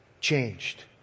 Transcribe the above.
changed